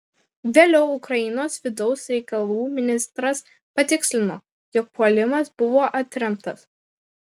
vėliau ukrainos vidaus reikalų ministras patikslino jog puolimas buvo atremtas